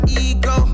ego